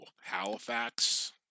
Halifax